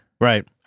Right